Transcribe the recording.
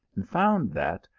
and found that,